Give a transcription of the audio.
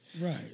Right